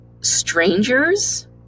strangers